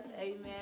amen